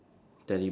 teddy bear